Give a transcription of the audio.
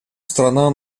страна